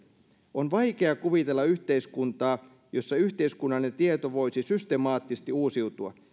on vaikea kuvitella yhteiskuntaa jossa yhteiskunnallinen tieto voisi systemaattisesti uusiutua